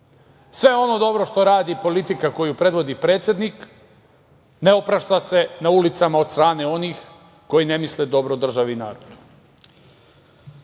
ono dobro što radi i politika koju predvodi predsednik ne oprašta se na ulicama od strane onih koji ne misle dobro državi i